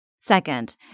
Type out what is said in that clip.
Second